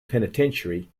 penitentiary